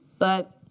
but